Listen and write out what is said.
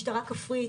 משטרה כפרית.